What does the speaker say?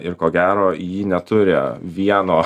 ir ko gero ji neturi vieno